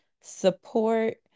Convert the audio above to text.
support